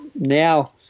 now